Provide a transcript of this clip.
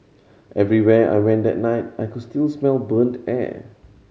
everywhere I went that night I could still smell burnt air